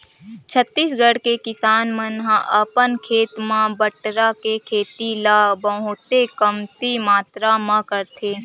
छत्तीसगढ़ के किसान मन ह अपन खेत म बटरा के खेती ल बहुते कमती मातरा म करथे